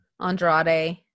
Andrade